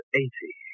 eighty